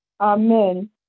amen